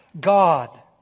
God